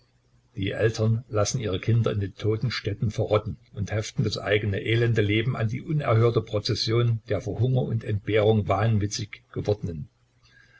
die eltern lassen ihre kinder in den toten städten verrotten und heften das eigene elende leben an die unerhörte prozession der vor hunger und entbehrung wahnwitzig gewordenen